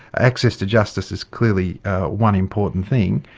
access to justice is clearly one important thing.